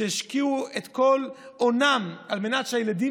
שהשקיעו את כל הונן על מנת שהילדים